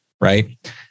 right